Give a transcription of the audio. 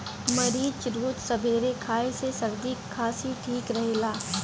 मरीच रोज सबेरे खाए से सरदी खासी ठीक रहेला